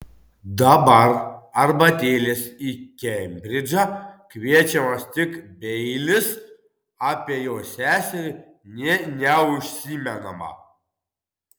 dabar arbatėlės į kembridžą kviečiamas tik beilis apie jo seserį nė neužsimenama